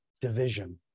division